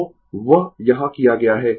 तो वह यहाँ किया गया है